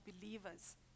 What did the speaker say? believers